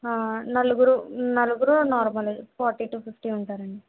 నలుగురు నలుగురు నార్మలే ఫార్టీ టు ఫిఫ్టీ ఉంటారండి